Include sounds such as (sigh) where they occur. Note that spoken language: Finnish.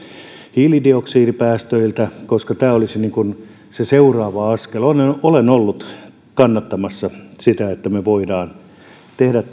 hiilidioksidipäästöiltä tämä olisi se seuraava askel olen ollut jo viime eduskuntakaudella kannattamassa sitä että me voimme tehdä (unintelligible)